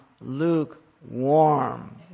lukewarm